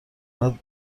بعد